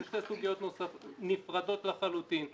ואלה שתי סוגיות נפרדות לחלוטין.